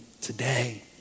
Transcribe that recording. today